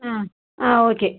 ஆ ஆ ஓகே